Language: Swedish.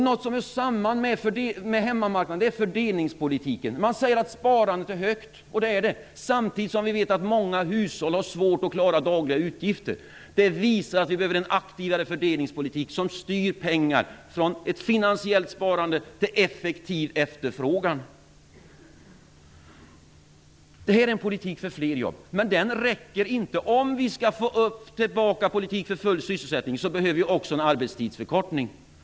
Något som hör samman med hemmamarknaden är fördelningspolitiken. Man säger att sparandet är högt, och det är det. Samtidigt vet vi att många hushåll har svårt att klara dagliga utgifter. Det visar att vi behöver en aktivare fördelningspolitik som styr pengar från ett finansiellt sparande till effektiv efterfrågan. Det är en politik för fler jobb. Men den räcker inte. Om vi skall få tillbaka en politik för full sysselsättning behöver vi också en arbetstidsförkortning.